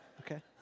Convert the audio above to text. Okay